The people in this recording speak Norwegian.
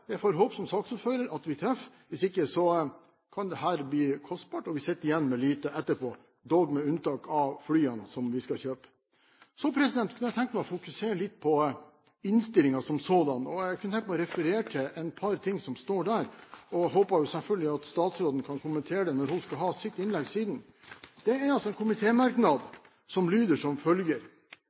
jeg får håpe, som saksordføreren, at vi treffer. Hvis ikke kan dette bli kostbart, og vi sitter igjen med lite etterpå, dog med unntak av flyene som vi skal kjøpe. Så kunne jeg tenke meg å fokusere litt på innstillingen som sådan. Jeg kunne tenke meg å referere til et par ting som står der, og håper selvfølgelig at statsråden kan kommentere det når hun skal ha sitt innlegg siden. Det er altså en komitémerknad som lyder som følger: